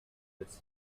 fritz